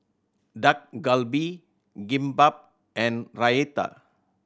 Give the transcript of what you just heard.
Dak Galbi Kimbap and Raita